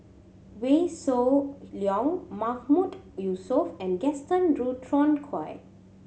Wee Shoo Leong Mahmood Yusof and Gaston Dutronquoy